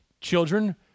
Children